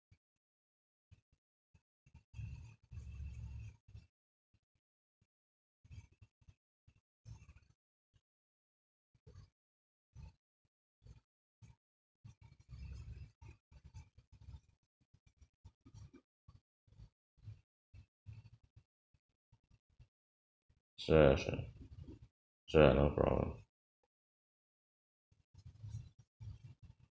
sure sure sure no problem